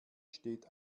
steht